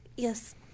Yes